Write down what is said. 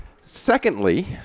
Secondly